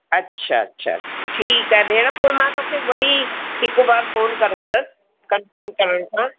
अच्छा अच्छा ठीकु आहे भेण पोइ मां तोखे वरी हिकु बार फ़ोन कंदसि कंफ़र्म करण सां